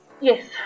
Yes